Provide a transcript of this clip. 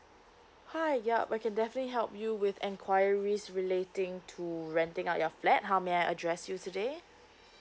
hi ya I can definitely help you with enquiries relating to renting out your flat how may I address you today